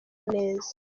neza